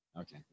okay